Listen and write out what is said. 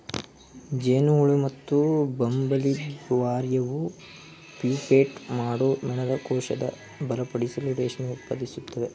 ಜೇನುಹುಳು ಮತ್ತುಬಂಬಲ್ಬೀಲಾರ್ವಾವು ಪ್ಯೂಪೇಟ್ ಮಾಡೋ ಮೇಣದಕೋಶನ ಬಲಪಡಿಸಲು ರೇಷ್ಮೆ ಉತ್ಪಾದಿಸ್ತವೆ